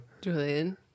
Julian